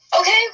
okay